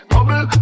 Bubble